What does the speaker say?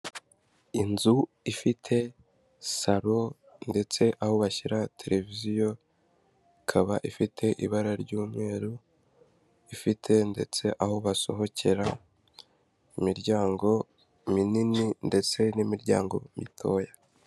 Inzu ifite salo ndetse aho bashyira televiziyo ikaba ifite ibara ry'umweru, ifite ndetse aho basohokera imiryango minini ndetse n'imiryango mitoya.